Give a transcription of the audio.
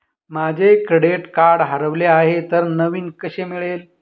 माझे credit card हरवले आहे तर नवीन कसे मिळेल?